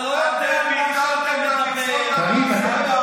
אתה לא יודע על מה אתה מדבר, כרגיל.